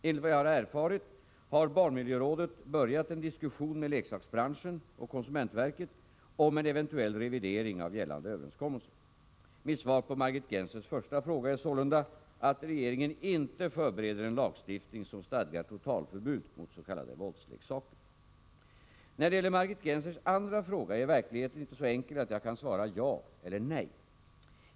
Enligt vad jag har erfarit har barnmiljörådet påbörjat en diskussion med leksaksbranschen och konsumentverket om en eventuell revidering av gällande överenskommelse. Mitt svar på Margit Gennsers första fråga är sålunda att regeringen inte förbereder en lagstiftning som stadgar totalförbud mot s.k. våldsleksaker. När det gäller Margit Gennsers andra fråga är verkligheten inte så enkel att jag kan svara ja eller nej.